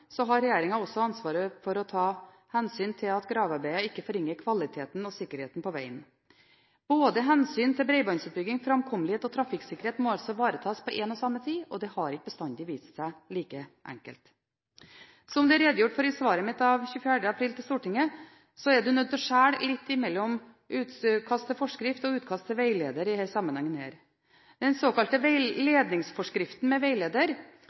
framkommelighet og trafikksikkerhet må altså ivaretas på én og samme tid, og det har ikke bestandig vist seg å være like enkelt. Som det er redegjort for i svaret mitt til Stortinget av 24. april, er man nødt til å skille litt gjennom hva som er forskrift og utkast til veileder i denne sammenhengen. Den såkalte ledningsforskriften med veileder